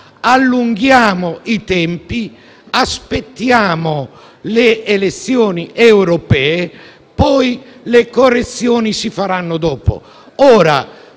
allunghiamo i tempi, aspettiamo le elezioni europee e le correzioni si faranno dopo.